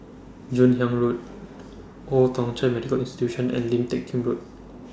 Joon Hiang Road Old Thong Chai Medical Institution and Lim Teck Kim Road